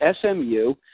SMU